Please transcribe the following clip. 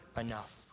enough